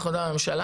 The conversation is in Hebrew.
אנחנו עדיין בממשלה,